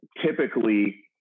typically